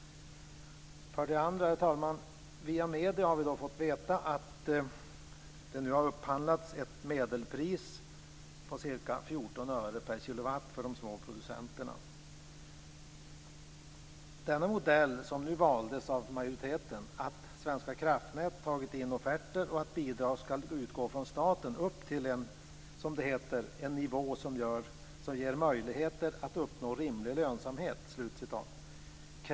För det andra, herr talman, har vi i dag via medierna fått veta att det nu har upphandlats ett medelpris på ca 14 öre per kilowattimme för de små producenterna. Denna modell, som valdes av majoriteten, innebär att Svenska kraftnät tagit in offerter och att bidrag ska utgå från staten upp till, som det heter, en nivå som ger möjligheter att uppnå rimlig lönsamhet. Herr talman!